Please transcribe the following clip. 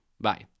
Bye